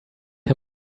him